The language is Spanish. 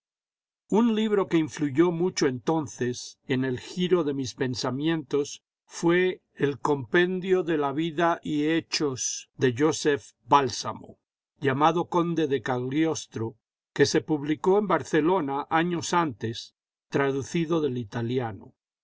un libro que iníluyó mucho entonces en el giro de mis pensamientos fué el cojipendio de la vida y hechos de joscph bálsamo llamado conde de cagliostro que se pubhcó en barcelona años antes traducido del italiano